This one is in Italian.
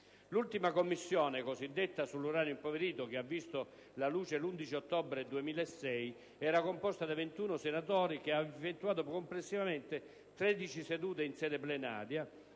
L'ultima Commissione cosiddetta sull'uranio impoverito, che ha visto la luce l'11 ottobre 2006, era composta da 21 senatori ed ha effettuato complessivamente 13 sedute in sede plenaria,